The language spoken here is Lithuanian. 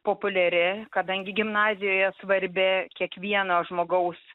populiari kadangi gimnazijoje svarbi kiekvieno žmogaus